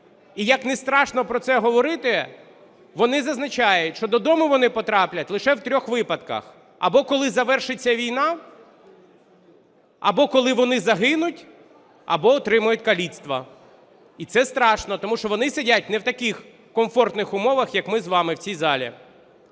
І як не страшно про це говорити, вони зазначають, що додому вони потраплять лише в трьох випадках: або коли завершиться війна, або коли вони загинуть, або отримають каліцтва. І це страшно, тому що вони сидять не в таких комфортних умовах, як ми з вами в цій залі.